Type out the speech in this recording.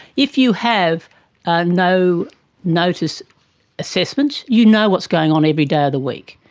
if you have a no notice assessment, you know what's going on every day of the week.